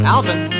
Alvin